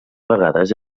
vegades